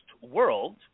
world